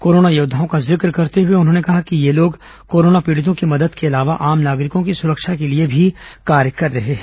corona योद्वाओं का जिक्र करते हुए उन्होंने कहा कि ये लोग कोरोना पीड़ितों की मदद के अलावा आम नागरिकों की सुरक्षा के लिए कार्य कर रहे हैं